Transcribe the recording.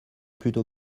plutôt